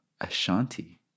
Ashanti